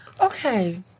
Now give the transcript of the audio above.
Okay